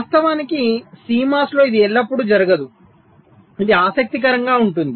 వాస్తవానికి CMOS లో ఇది ఎల్లప్పుడూ జరగదు ఇది ఆసక్తికరంగా ఉంటుంది